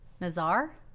Nazar